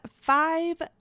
five